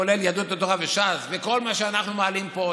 כולל יהדות התורה וש"ס וכל מה שאנחנו מעלים פה.